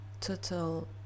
total